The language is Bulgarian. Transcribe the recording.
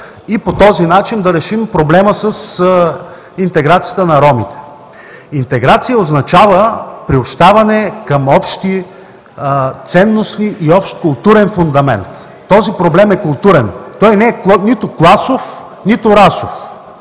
и по този начин да решим проблема с интеграцията на ромите. Интеграция означава приобщаване към общи ценностни и общ културен фундамент. Този проблем е културен. Той не е нито класов, нито расов.